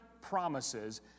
promises